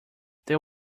that